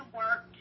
work